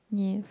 yes